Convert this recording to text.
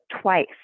twice